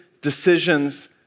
decisions